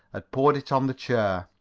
had poured it on the chair.